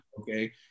okay